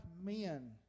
men